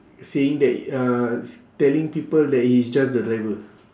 saying that uh telling people that he's just the driver